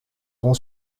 rend